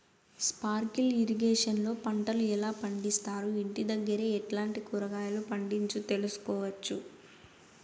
Sprinkle irrigation లో పంటలు ఎలా పండిస్తారు, ఇంటి దగ్గరే ఎట్లాంటి కూరగాయలు పండించు తెలుసుకోవచ్చు?